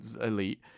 elite